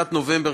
לקראת נובמבר,